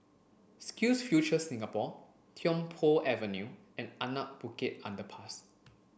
SkillsFuture Singapore Tiong Poh Avenue and Anak Bukit Underpass